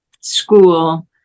school